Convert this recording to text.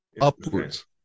Upwards